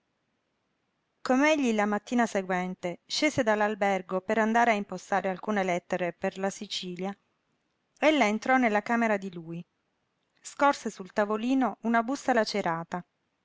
bara com'egli la mattina seguente scese dall'albergo per andare a impostare alcune lettere per la sicilia ella entrò nella camera di lui scorse sul tavolino una busta lacerata